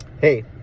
Hey